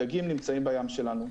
הדגים נמצאים בים שלנו,